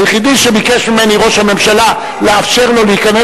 היחידי שביקש ממני ראש הממשלה לאפשר לו להיכנס,